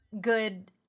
good